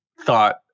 thought